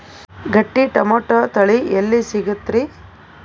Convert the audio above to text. ಗಟ್ಟಿ ಟೊಮೇಟೊ ತಳಿ ಎಲ್ಲಿ ಸಿಗ್ತರಿ?